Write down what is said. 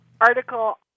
article